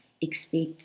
expect